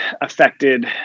affected